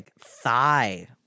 thigh